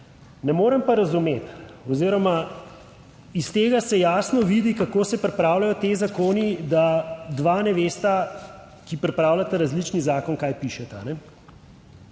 Ne morem pa razumeti oziroma iz tega se jasno vidi kako se pripravljajo ti zakoni, da dva ne vesta, ki pripravljata različni zakon, kaj pišete.